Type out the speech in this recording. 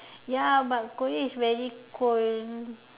ya but Korea is very cold